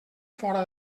fora